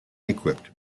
equipped